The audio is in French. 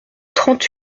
trente